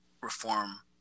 reform